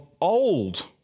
old